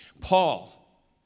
Paul